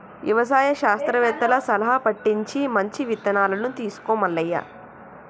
యవసాయ శాస్త్రవేత్తల సలహా పటించి మంచి ఇత్తనాలను తీసుకో మల్లయ్య